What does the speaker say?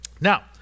Now